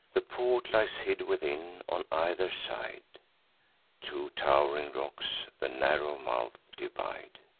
the port lies hid within on either side two tow'ring rocks the narrow mouth divide.